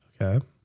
Okay